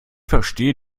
verstehe